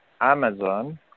Amazon